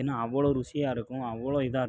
ஏன்னால் அவ்வளோ ருசியாக இருக்கும் அவ்வளோ இதாக இருக்கும்